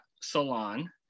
salon